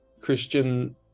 christian